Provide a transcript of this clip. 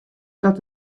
dat